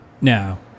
Now